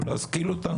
להשכיל אותנו?